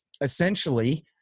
essentially